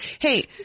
hey